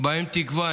בהם תקווה,